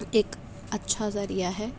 ایک اچھا ذریعہ ہے